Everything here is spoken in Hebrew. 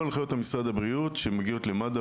הנחיות משרד הבריאות שמגיעות למד"א,